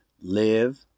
live